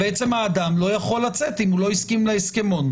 האדם לא יכול לצאת אם הוא לא הסכים להסכמון.